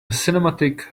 cinematic